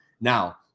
Now